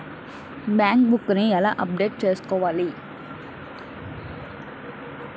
Bank book నీ ఎలా update చేసుకోవాలి?